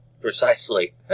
precisely